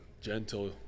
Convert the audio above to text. Gentle